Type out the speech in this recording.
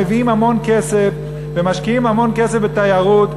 הם מביאים המון כסף ומשקיעים המון כסף בתיירות.